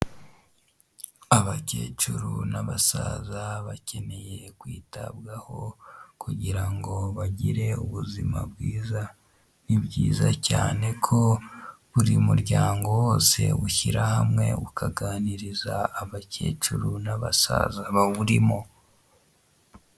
Abakecuru n'abasaza bakeneye kwitabwaho kugira ngo bagire ubuzima bwiza ni byiza cyane ko buri muryango wose ushyira hamwe ukaganiriza abakecuru n'abasaza bawurimo.